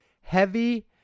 Heavy